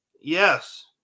Yes